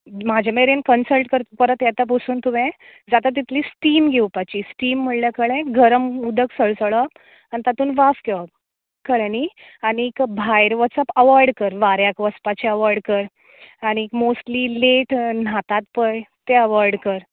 म्हाजा मेरेन कन्सल्ट जर परत येतासर तुवें जाता तितली स्टिम घेवपाची स्टिम म्हळ्यार कळ्ळें गरम उदक सळसळप आनी तातूंत वाफ घेवप कळ्ळें न्ही आनीक भायर वचप अवाॅयड कर वाऱ्याक वचपाचें अवाॅयड कर आनीक मोस्टली लेट न्हातात पय तें अवाॅयड कर